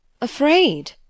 Afraid